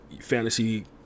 fantasy